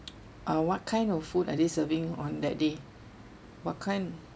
uh what kind of food are they serving on that day what kind